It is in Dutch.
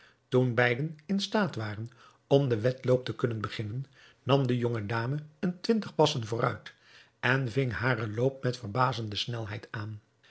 toen beiden in staat waren om den wedloop te kunnen beginnen nam de jonge dame een twintig passen vooruit en ving haren loop met verbazende snelheid aan